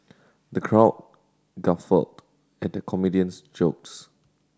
the crowd guffawed at the comedian's jokes